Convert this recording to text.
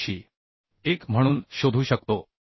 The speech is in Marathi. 1म्हणून शोधू शकतो